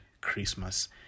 Christmas